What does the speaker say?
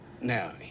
Now